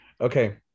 Okay